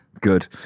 good